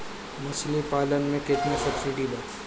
मछली पालन मे केतना सबसिडी बा?